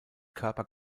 körper